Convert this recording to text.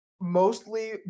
mostly